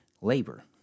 labor